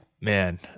Man